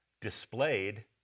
displayed